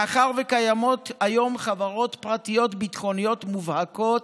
מאחר שקיימות היום חברות פרטיות ביטחוניות מובהקות,